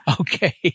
Okay